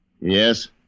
Yes